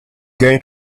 going